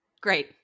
Great